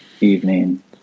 evening